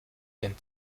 den